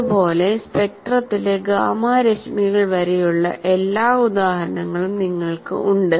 അത് പോലെ സ്പെക്ട്രത്തിലെ ഗാമാ രശ്മികൾ വരെയുള്ള എല്ലാ ഉദാഹരണങ്ങളും നിങ്ങൾക്ക് ഉണ്ട്